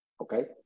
okay